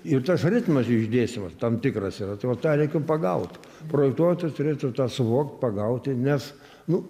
ir tas ritmas išdėstymas tam tikras yra tai va tą reikia pagaut projektuotojas turėtų tą suvokt pagauti nes nu